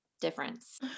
difference